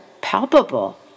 palpable